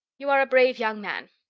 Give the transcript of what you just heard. you are a brave young man.